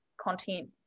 content